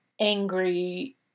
angry